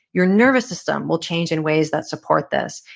your nervous system will change in ways that support this.